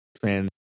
fans